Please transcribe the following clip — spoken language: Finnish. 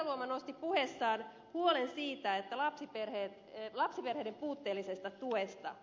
heinäluoma nosti puheessaan huolen lapsiperheiden puutteellisesta tuesta